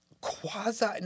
quasi